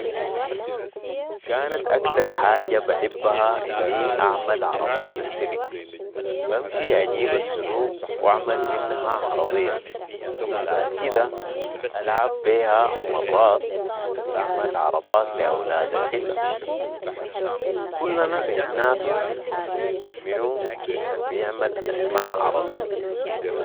كانت اكتر حاجة بحبها اني اعمل عربات السلك. بمشي اجيب السلوك و اعمل منها عربية بعد كدة العب بيها و مرات بعمل عربات لي اولاد الحلة و كلنا بنتنافس منو البيعمل اسمح عربية